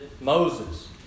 Moses